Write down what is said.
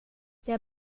der